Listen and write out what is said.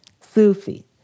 Sufi